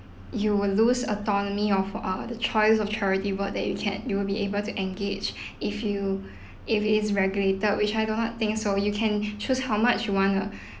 you will lose autonomy of err the choice of charity work that you can you will be able to engage if you if it's regulated which I do not think so you can choose how much you wanna